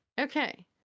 Okay